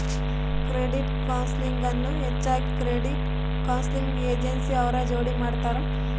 credit counselling ಅನ್ನು ಹೆಚ್ಚಾಗಿ credit counselling agency ಅವ್ರ ಜೋಡಿ ಮಾಡ್ತರ